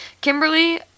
Kimberly